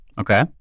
Okay